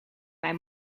mijn